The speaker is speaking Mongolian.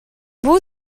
бүү